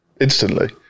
instantly